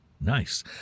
nice